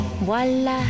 Voilà